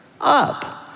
Up